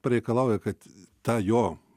pareikalauja kad tą jo